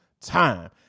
time